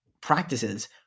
practices